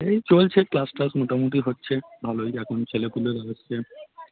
এই চলছে ক্লাস টাস মোটামুটি হচ্ছে ভালোই এখন ছেলে পুলে ভালো আসছে